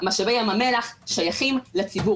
משאבי ים המלח שייכים לציבור.